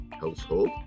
household